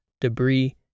debris